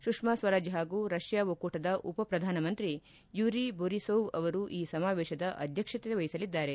ಸುಷ್ನಾ ಸ್ವರಾಜ್ ಹಾಗೂ ರಷ್ನಾ ಒಕ್ಕೂಟದ ಉಪ ಪ್ರಧಾನಮಂತ್ರಿ ಯುರಿ ಬೋರಿಸೋವ್ ಅವರು ಈ ಸಮಾವೇಶದ ಅಧ್ವಕ್ಷತೆ ವಹಿಸಲಿದ್ದಾರೆ